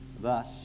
thus